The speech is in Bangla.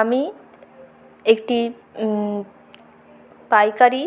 আমি এ একটি পাইকারি